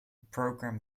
program